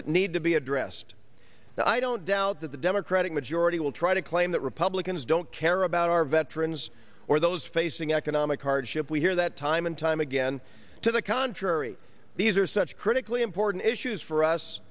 that need to be addressed and i don't doubt that the democratic majority will try to claim that republicans don't care about our veterans or those facing economic hardship we hear that time and time again to the contrary these are such critically important issues for us